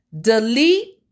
delete